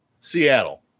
Seattle